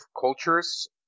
cultures